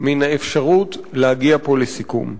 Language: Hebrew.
מן האפשרות להגיע פה לסיכום.